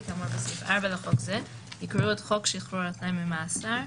כאמור בסעיף 40 לחוק זה יקראו את חוק שחרור על־תנאי ממאסר,